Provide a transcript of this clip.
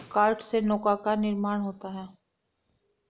काष्ठ से नौका का निर्माण होता है